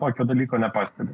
tokio dalyko nepastebi